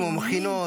כמו מכינות,